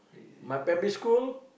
my primary school